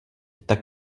tak